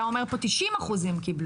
אתה אומר פה 90% קיבלו.